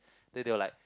then they will like